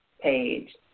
page